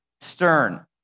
stern